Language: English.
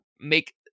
make